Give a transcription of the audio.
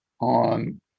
on